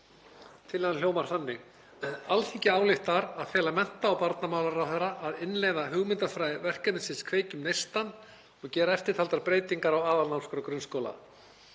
Tillagan hljómar þannig: „Alþingi ályktar að fela mennta- og barnamálaráðherra að innleiða hugmyndafræði verkefnisins Kveikjum neistann og gera eftirtaldar breytingar á aðalnámskrá grunnskóla: